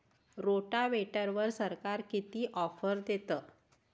रोटावेटरवर सरकार किती ऑफर देतं?